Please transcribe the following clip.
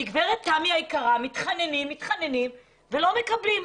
מתחננים ולא מקבלים.